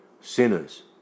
sinners